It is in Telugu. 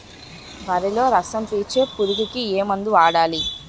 వరిలో రసం పీల్చే పురుగుకి ఏ మందు వాడాలి?